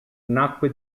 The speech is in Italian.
nacque